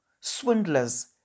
swindlers